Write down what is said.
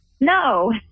No